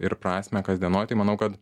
ir prasmę kasdienoj tai manau kad